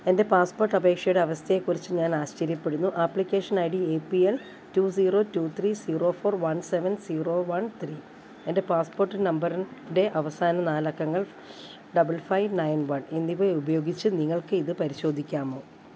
എൻ്റെ പാസ്പോർട്ട് അപേക്ഷയുടെ അവസ്ഥയെക്കുറിച്ച് ഞാൻ ആശ്ചര്യപ്പെടുന്നു application I D A P L two zero two three zero one three എൻ്റെ പാസ്പോർട്ട് നമ്പർൻ്റെ അവസാന നാല് അക്കങ്ങൾ ഡബ്ൾ ഫൈവ് നെയൺ വൺ എന്നിവ ഉപയോഗിച്ച് നിങ്ങൾക്ക് ഇത് പരിശോധിക്കാമോ